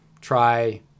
try